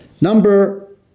Number